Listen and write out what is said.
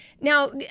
Now